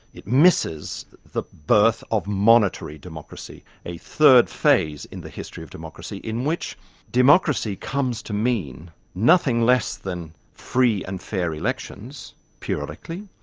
it misses the birth of monitory democracy, a third phase in the history of democracy in which democracy comes to mean nothing less than free and fair elections periodically,